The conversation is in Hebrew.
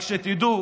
רק שתדעו,